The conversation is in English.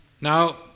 Now